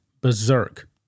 berserk